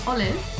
Olive